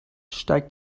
steigt